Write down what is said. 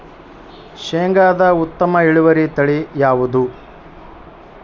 ಶೇಂಗಾದ ಉತ್ತಮ ಇಳುವರಿ ತಳಿ ಯಾವುದು?